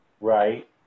right